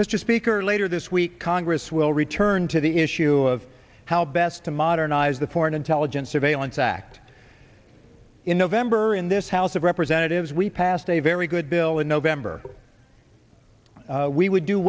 mr speaker later this week congress will return to the issue of how best to modernize the foreign intelligence surveillance act in november in this house of representatives we passed a very good bill in november we would do